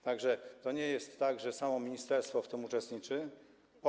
Tak że to nie jest tak, że ministerstwo w tym uczestniczy samo.